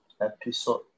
episode